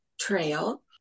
trail